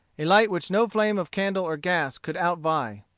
a light which no flame of candle or gas could outvie.